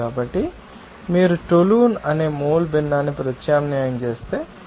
కాబట్టి మీరు టోలున్ అనే మోల్ భిన్నాన్ని ప్రత్యామ్నాయం చేస్తే 0